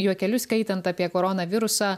juokelius skaitant apie koronavirusą